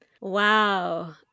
Wow